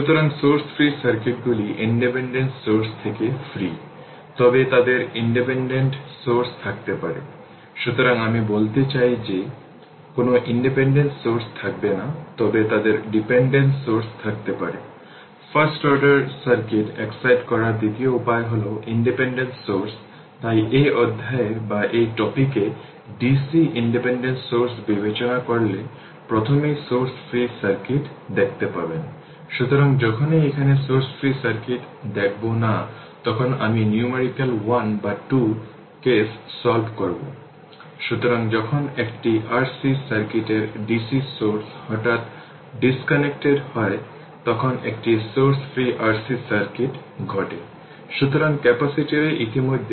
সুতরাং source free সার্কিটগুলি independent source থেকে ফ্রি তবে তাদের ডিপেন্ডেন্ট সোর্স থাকতে পারে